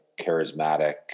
charismatic